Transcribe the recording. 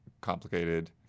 complicated